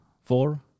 four